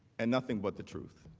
and nothing but the truth.